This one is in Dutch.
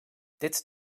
dit